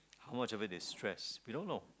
how much of it is stress you don't know